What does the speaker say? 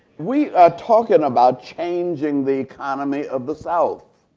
we are talking about changing the economy of the south.